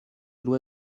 loi